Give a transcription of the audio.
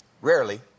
Rarely